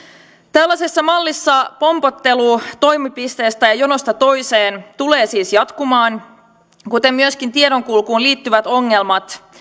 tällaisessa mallissa pompottelu toimipisteestä ja jonosta toiseen tulee siis jatkumaan kuten myöskin tiedonkulkuun liittyvät ongelmat